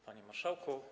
Panie Marszałku!